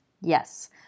Yes